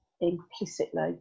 implicitly